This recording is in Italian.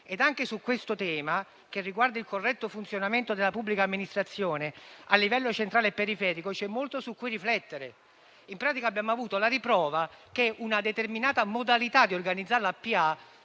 Anche su questo tema, che riguarda il corretto funzionamento della pubblica amministrazione a livello centrale e periferico c'è molto su cui riflettere. In pratica, abbiamo avuto la riprova che una determinata modalità di organizzare la